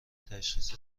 تشخیص